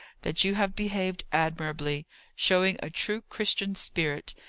that you have behaved admirably showing a true christian spirit.